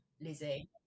Lizzie